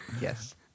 Yes